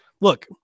Look